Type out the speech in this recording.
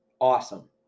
Awesome